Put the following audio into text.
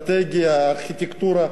הארכיטקטורה שלו.